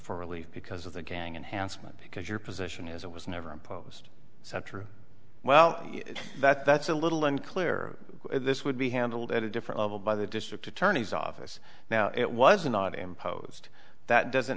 for relief because of the gang and handsome and because your position is it was never imposed central well that that's a little unclear this would be handled at a different level by the district attorney's office now it was not imposed that doesn't